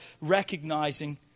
recognizing